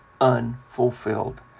unfulfilled